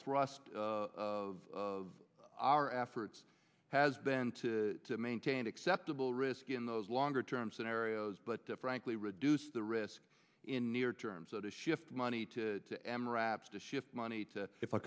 thrust of our efforts has been to maintain acceptable risk in those longer term scenarios but frankly reduce the risk in near term so to shift money to the m raps to shift money to if i